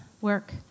work